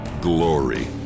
Glory